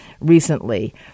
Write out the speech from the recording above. recently